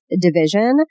division